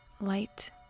light